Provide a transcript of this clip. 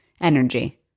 energy